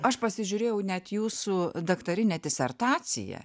aš pasižiūrėjau net jūsų daktarinę disertaciją